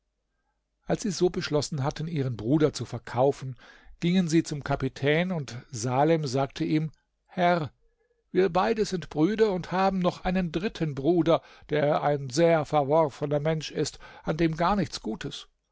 als sie so beschlossen hatten ihren bruder zu verkaufen gingen sie zum kapitän und salem sagte ihm herr wir beide sind brüder und haben noch einen dritten bruder der ein sehr verworfener mensch ist an dem gar nichts gutes